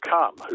come